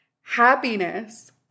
happiness